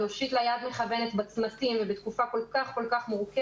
להושיט לה יד מכוונת בצמתים ובתקופה כל כך מורכבת